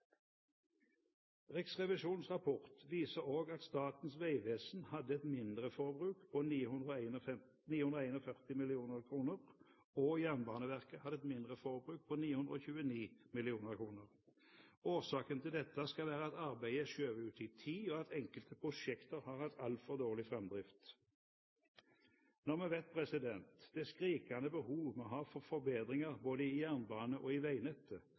Riksrevisjonens rapport viser også at Statens vegvesen hadde et mindreforbruk på 941 mill. kr, og Jernbaneverket hadde et mindreforbruk på 929 mill. kr. Årsaken til dette skal være at arbeidet er skjøvet ut i tid, og at enkelte prosjekter har hatt altfor dårlig framdrift. Når vi vet det skrikende behovet vi har for forbedringer, både i jernbanen og i veinettet,